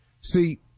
See